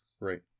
Right